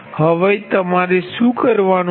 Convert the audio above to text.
હવે તમારે શું કરવાનું છે